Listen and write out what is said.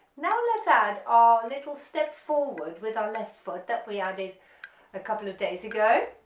now let's add our little step forward with our left foot that we added a couple of days ago